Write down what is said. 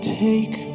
take